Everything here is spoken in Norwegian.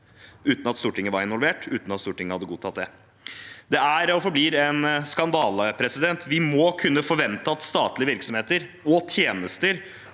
uten at Stortinget var involvert, uten at Stortinget hadde godtatt det. Det er og forblir en skandale. Vi må kunne forvente at statlige virksomheter og tjenester